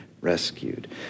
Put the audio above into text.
rescued